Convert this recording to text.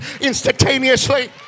instantaneously